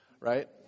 right